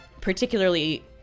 particularly